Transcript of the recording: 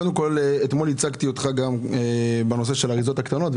אתמול ייצגתי אותך בנושא האריזות הקטנות,